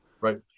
Right